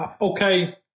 Okay